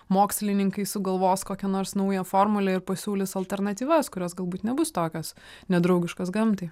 mokslininkai sugalvos kokią nors naują formulę ir pasiūlys alternatyvas kurios galbūt nebus tokios nedraugiškos gamtai